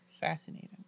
fascinating